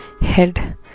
head